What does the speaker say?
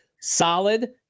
solid